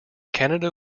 canada